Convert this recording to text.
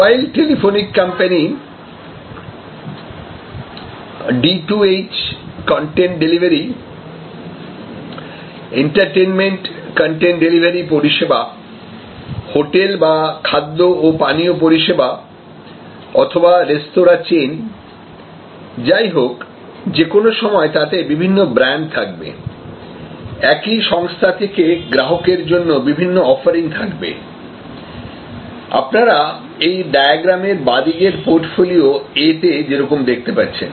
mobile telephonic company D2H content delivery entertainment content delivery পরিষেবা hotel বা খাদ্য ও পানীয় পরিষেবা অথবা রেস্তোরাঁ চেইন যাই হোক যে কোনো সময় তাতে বিভিন্ন ব্র্যান্ড থাকবে একই সংস্থা থেকে গ্রাহকের জন্য বিভিন্ন অফারিং থাকবেআপনারা এই ডায়াগ্রামের বাঁদিকের পোর্টফলিও A তে যেরকম দেখতে পাচ্ছেন